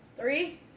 Three